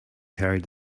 carried